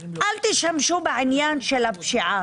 אל תשתמשו בעניין הפשיעה